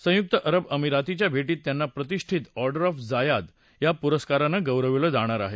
संयुक्त अरब अमिरातीच्या भेटीत त्यांना प्रतिष्ठीत ऑर्डर ऑफ झायाद या पुरस्कारांनं गौरविलं जाणार आहे